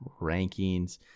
rankings